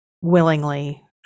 willingly